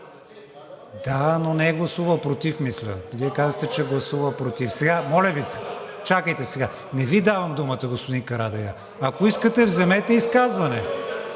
Да, но не е гласувал против мисля. Вие казахте, че е гласувал против. Моля Ви се, чакайте сега. Не Ви давам думата, господин Карадайъ. Ако искате, вземете изказване.